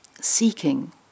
seeking